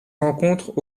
rencontrent